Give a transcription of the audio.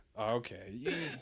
Okay